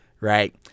right